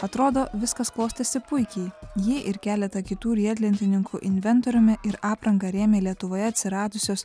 atrodo viskas klostėsi puikiai jį ir keletą kitų riedlentininkų inventoriumi ir apranga rėmė lietuvoje atsiradusios